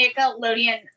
Nickelodeon